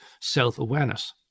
self-awareness